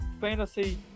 fantasy